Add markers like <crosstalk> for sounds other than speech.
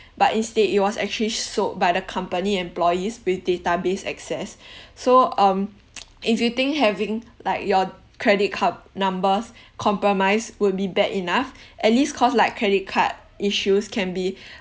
but instead it was actually sold by the company employees with database access <breath> so um <noise> if you think having like your credit card numbers compromised would be bad enough <breath> at least cause like credit card issues can be <breath>